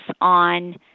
on